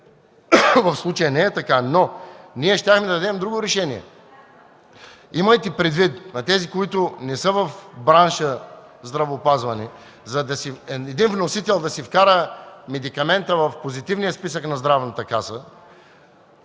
в случая не е така, но ние щяхме да дадем друго решение. Имайте предвид, за тези, които не са в бранша здравеопазване, че един вносител, за да си вкара медикамента в Позитивния списък на Здравната каса,